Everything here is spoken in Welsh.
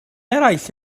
eraill